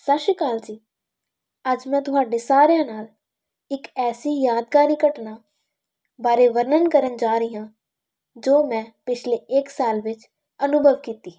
ਸਤਿ ਸ਼੍ਰੀ ਅਕਾਲ ਜੀ ਅੱਜ ਮੈਂ ਤੁਹਾਡੇ ਸਾਰਿਆਂ ਨਾਲ ਇੱਕ ਐਸੀ ਯਾਦਗਾਰੀ ਘਟਨਾ ਬਾਰੇ ਵਰਣਨ ਕਰਨ ਜਾ ਰਹੀ ਹਾਂ ਜੋ ਮੈਂ ਪਿਛਲੇ ਇੱਕ ਸਾਲ ਵਿੱਚ ਅਨੁਭਵ ਕੀਤੀ